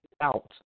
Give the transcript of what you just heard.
out